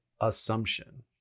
assumption